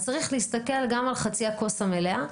אז צריך להסתכל גם על חצי הכוס המלאה,